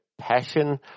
passion